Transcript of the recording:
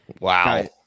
Wow